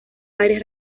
varias